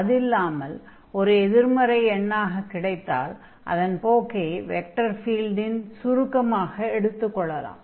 அதில்லாமல் ஒரு எதிர்மறை எண்ணாகக் கிடைத்தால் அதன் போக்கை வெக்டர் ஃபீல்டின் சுருக்கமாக எடுத்துக் கொள்ளலாம்